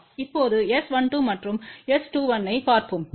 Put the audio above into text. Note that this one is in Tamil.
இப்போது S12மற்றும் S21ஐப் பார்ப்போம்